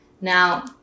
now